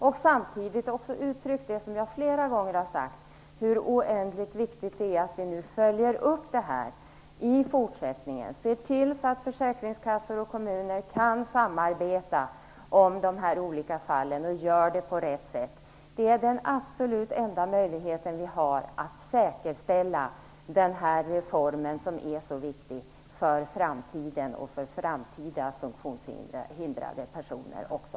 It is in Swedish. Samtidigt hade de också uttryckt det som jag flera gånger har sagt, nämligen att det är oändligt viktigt att vi nu följer upp detta i fortsättningen och ser till att försäkringskassor och kommuner kan samarbeta om de olika fallen och gör det på rätt sätt. Det är den absolut enda möjligheten vi har att säkerställa den här reformen som är så viktig för framtiden, och för framtida funktionshindrade personer också.